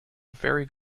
very